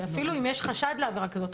אפילו אם יש חשד לעבירה כזאת,